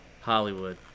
Hollywood